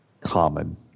common